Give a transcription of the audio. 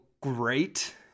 great